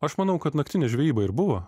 aš manau kad naktinė žvejyba ir buvo